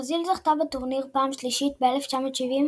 ברזיל זכתה בטורניר בפעם השלישית ב-1970,